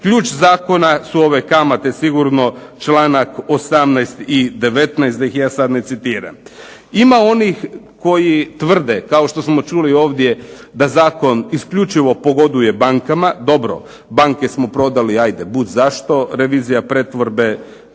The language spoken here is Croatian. Ključ zakona su ove kamate sigurno, čl. 18. i 19. da ih ja sad ne citiram. Ima onih koji tvrde, kao što smo čuli ovdje, da zakon isključivo pogoduje bankama. Dobro, banke smo prodali ajde budzašto, revizija pretvorbe